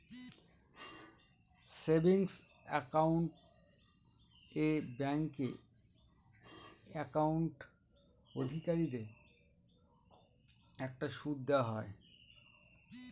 savings account এ bank account অধিকারীদের একটা সুদ দেওয়া হয়